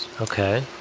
Okay